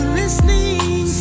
listening